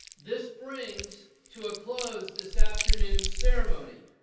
this brings to a close this afternoon's ceremony.